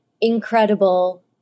incredible